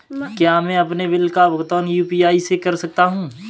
क्या मैं अपने बिल का भुगतान यू.पी.आई से कर सकता हूँ?